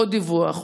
עוד דיווח,